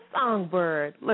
songbird